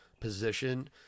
position